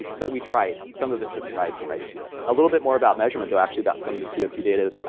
but we try, some of us have tried tried to do it. a little bit more about measurement though, actually about some of the c o two data,